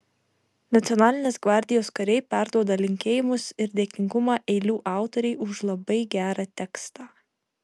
nacionalinės gvardijos kariai perduoda linkėjimus ir dėkingumą eilių autorei už labai gerą tekstą